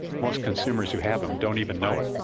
most consumers who have them don't even know it.